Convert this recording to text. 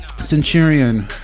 Centurion